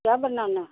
क्या बनाना है